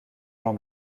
jean